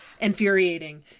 infuriating